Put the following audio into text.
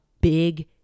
big